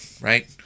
right